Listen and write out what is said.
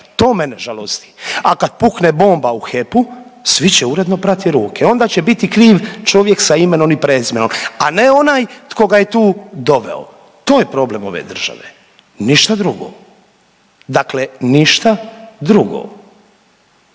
to mene žalosti. A kada pukne bomba u HEP-u svi će uredno prati ruke. Onda će biti kriv čovjek sa imenom i prezimenom, a ne onaj tko ga je tu doveo to je problem ove države ništa drugo, dakle ništa drugo.